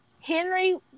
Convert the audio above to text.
Henry